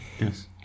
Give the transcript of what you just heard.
yes